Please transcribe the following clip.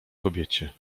kobiecie